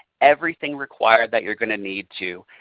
everything required that you are going to need to,